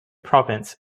province